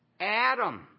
Adam